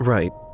Right